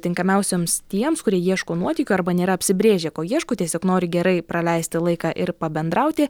tinkamiausioms tiems kurie ieško nuotykių arba nėra apsibrėžę ko ieško tiesiog nori gerai praleisti laiką ir pabendrauti